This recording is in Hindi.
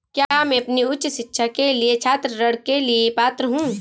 क्या मैं अपनी उच्च शिक्षा के लिए छात्र ऋण के लिए पात्र हूँ?